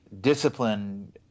discipline